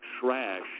trash